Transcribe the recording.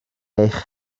eich